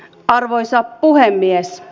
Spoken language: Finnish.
arvoisa puhemies